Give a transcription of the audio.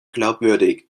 glaubwürdig